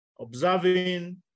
observing